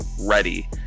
ready